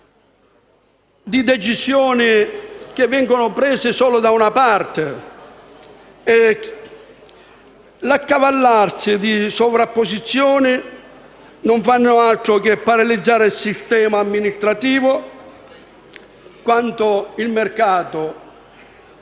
di decisioni che vengono prese solo da una parte. L'accavallarsi di sovrapposizioni non fa altro che paralizzare tanto il sistema amministrativo quanto il mercato. Tutto